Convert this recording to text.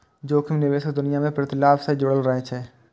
जोखिम निवेशक दुनिया मे प्रतिलाभ सं जुड़ल रहै छै